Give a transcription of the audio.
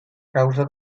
causa